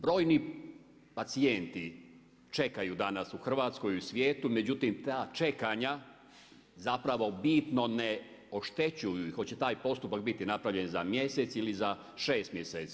Brojni pacijenti čekaju danas u Hrvatskoj i u svijetu, međutim ta čekanja zapravo bitno ne oštećuju hoće li taj postupak biti napravljen za mjesec ili za šest mjeseci.